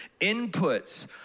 inputs